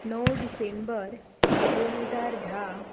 णव डिसेंबर दोन हजार धा